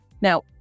Now